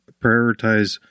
prioritize